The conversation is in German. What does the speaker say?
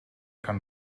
kann